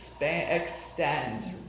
extend